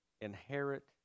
Inherit